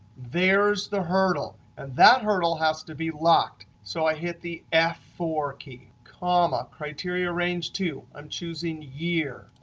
there's the hurdle. and that hurdle has to be locked. so i hit the f four key, comma. criteria range two i'm choosing year.